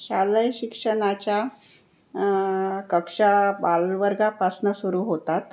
शालेय शिक्षणाच्या कक्षा बालवर्गापासून सुरू होतात